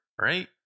Right